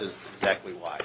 is exactly why